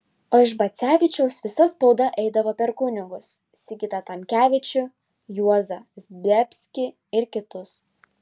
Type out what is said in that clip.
o iš bacevičiaus visa spauda eidavo per kunigus sigitą tamkevičių juozą zdebskį ir kitus